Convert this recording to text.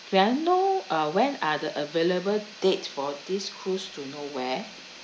may I know uh when are the available date for this cruise to nowhere